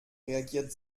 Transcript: reagiert